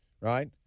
right